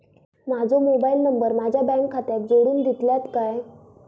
माजो mobile number माझ्या bank खात्याक जोडून दितल्यात काय?